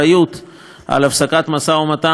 על הפסקת המשא-ומתן זה אבו מאזן,